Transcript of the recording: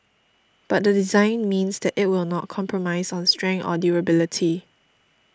but the design means that it will not compromise on strength or durability